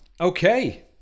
Okay